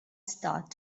start